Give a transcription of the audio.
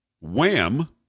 Wham